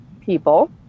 people